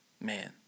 Man